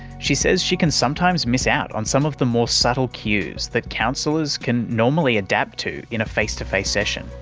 she says she can sometimes miss out on some of the more subtle cues that counsellors can normally adapt to in a face-to-face session.